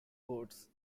boats